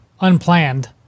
unplanned